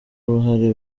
uruhare